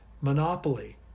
Monopoly